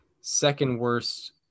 second-worst